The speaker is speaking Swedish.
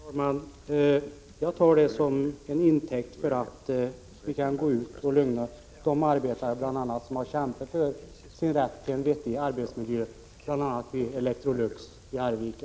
Fru talman! Jag tar det till intäkt för att vi kan gå ut och lugna bl.a. de arbetare som har kämpat för sin rätt till en vettig arbetsmiljö, t.ex. vid Electrolux i Arvika.